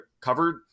covered